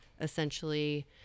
essentially